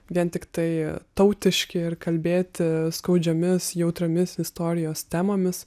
vien tiktai tautiški ir kalbėti skaudžiomis jautriomis istorijos temomis